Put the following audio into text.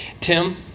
Tim